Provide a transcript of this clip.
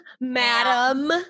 madam